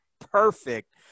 perfect